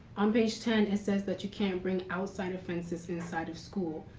on page ten, it says that you can't bring outside offenses inside of school.